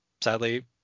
sadly